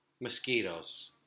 mosquitoes